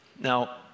now